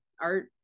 art